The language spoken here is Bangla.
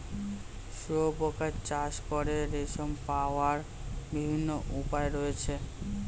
শুঁয়োপোকা চাষ করে রেশম পাওয়ার বিভিন্ন উপায় রয়েছে